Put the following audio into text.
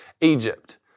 Egypt